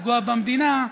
לפגוע במדינה,